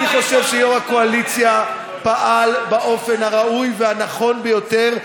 אני חושב שיו"ר הקואליציה פעל באופן הראוי והנכון ביותר,